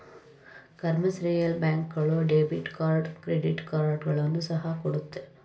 commercial bank ಗಳು debit card credit ಕಾರ್ಡ್ಗಳನ್ನು ಸಹ ಕೊಡುತ್ತೆ